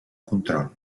control